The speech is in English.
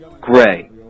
Gray